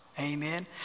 amen